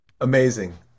Amazing